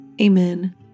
Amen